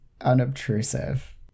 unobtrusive